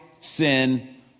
sin